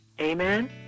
Amen